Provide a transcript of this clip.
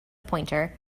pointer